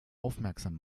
aufmerksam